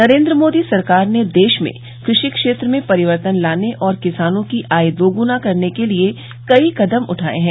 नरेंद्र मोदी सरकार ने देश में कृषि क्षेत्र में परिवर्तन लाने और किसानों की आय दोगुना करने के लिए कई कदम उठाए हैं